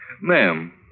Ma'am